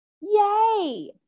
yay